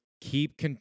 keep